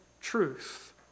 truth